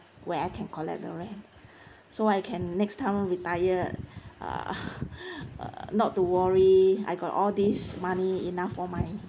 where I can collect the rent so I can next time retired uh err not to worry I got all this money enough for my